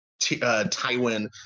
Tywin